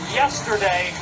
yesterday